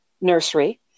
nursery